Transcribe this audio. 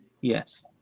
Yes